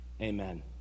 amen